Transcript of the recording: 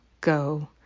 Go